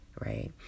right